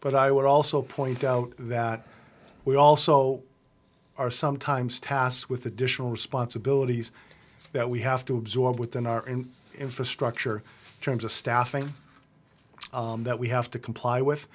but i would also point out that we also are sometimes tasked with additional responsibilities that we have to absorb within our infrastructure terms of staffing that we have to comply with